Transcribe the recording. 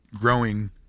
growing